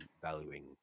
valuing